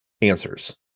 answers